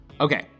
Okay